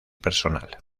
personal